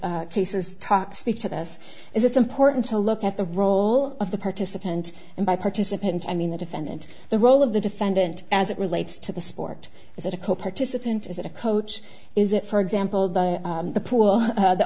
and cases talk speak to this is it's important to look at the role of the participant and by participants i mean the defendant the role of the defendant as it relates to the sport is it a cop participant is it a coach is it for example the the poo